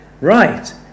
Right